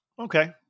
Okay